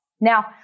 Now